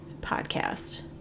Podcast